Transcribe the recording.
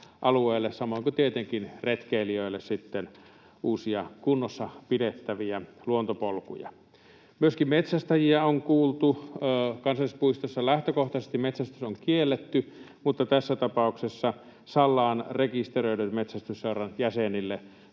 samoin kuin tietenkin retkeilijöille sitten uusia kunnossa pidettäviä luontopolkuja. Myöskin metsästäjiä on kuultu. Kansallispuistossa lähtökohtaisesti metsästys on kielletty, mutta tässä tapauksessa Sallaan rekisteröidyn metsästysseuran jäsenille